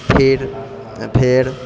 फेर फेर